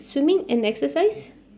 swimming an exercise